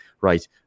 right